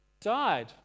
died